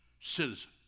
citizen